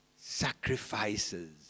sacrifices